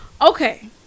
Okay